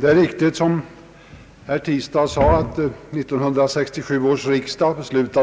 Det är riktigt som herr Tistad sade att 1967 års riksdag beställde